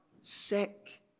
sick